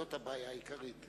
זו הבעיה העיקרית.